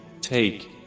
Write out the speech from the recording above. take